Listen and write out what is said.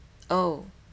oh